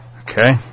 Okay